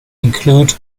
include